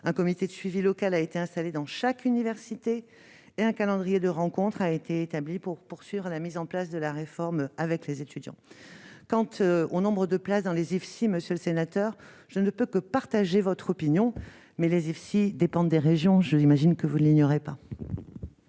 un comité de suivi local a été installé dans chaque université et un calendrier de rencontres a été établi pour poursuivre à la mise en place de la réforme avec les étudiants, Kant, au nombre de places dans les IFSI, monsieur le sénateur, je ne peux que partager votre opinion, mais les IFSI dépendent des régions, j'imagine que vous ne l'ignorez pas.